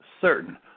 certain